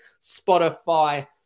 Spotify